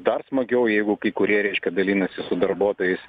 dar smagiau jeigu kai kurie reiškia dalinasi su darbuotojais